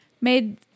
made